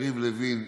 יריב לוין,